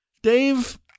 Dave